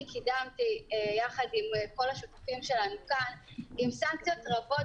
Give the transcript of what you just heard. קידמתי יחד עם כל השותפים שלנו כאן עם סנקציות רבות